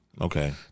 Okay